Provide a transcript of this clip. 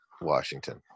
Washington